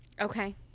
Okay